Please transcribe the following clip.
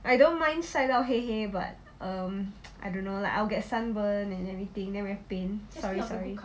I don't mind 晒到黑黑 but um I don't know like I'll get sunburn and everything then very pain